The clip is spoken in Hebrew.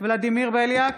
ולדימיר בליאק,